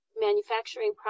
manufacturing